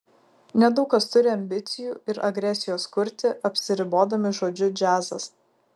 nedaug kas turi ambicijų ir agresijos kurti apsiribodami žodžiu džiazas